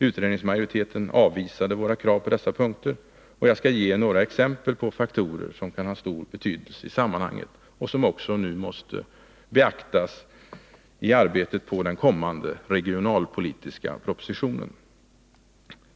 Utredningsmajoriteten avvisade våra krav på dessa punkter. Jag skall ge några exempel på faktorer som kan ha stor betydelse i sammanhanget och som också nu måste beaktas i arbetet på den kommande regionalpolitiska propositionen.